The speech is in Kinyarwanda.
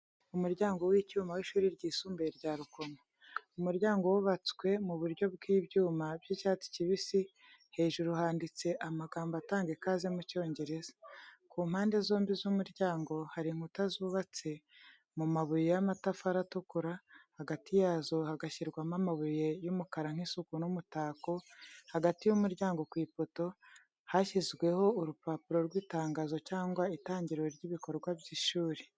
Umuryango w’icyuma w’ishuri ryisumbuye rya Rukomo. Umuryango wubatswe mu buryo bw’ibyuma by’icyatsi kibisi, hejuru handitse amagambo atanga ikaze mu Cyongereza. Ku mpande zombi z’umuryango hari inkuta zubatse mu mabuye y’amatafari atukura, hagati yazo hagashyirwamo amabuye y’umukara nk’isuku n’imitako, hagati y’umuryango ku ipoto, hashyizweho urupapuro rw’itangazo cyangwa itangiriro ry’ibikorwa by’ishuri.